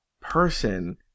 person